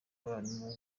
abarimu